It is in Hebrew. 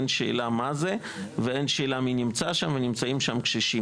אין שאלה מה זה ואין שאלה מי נמצא שם ונמצאים שם קשישים,